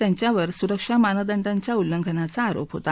त्यांच्यावर सुरक्षा मानदंडांच्या उल्लंघनाचा आरोप होता